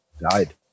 died